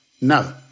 no